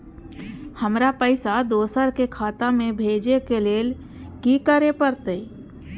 हमरा पैसा दोसर के खाता में भेजे के लेल की करे परते?